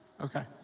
Okay